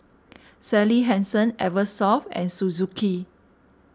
Sally Hansen Eversoft and Suzuki